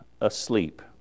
Asleep